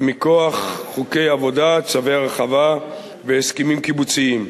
מכוח חוקי עבודה, צווי הרחבה והסכמים קיבוציים.